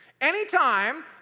Anytime